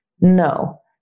No